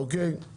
אוקיי?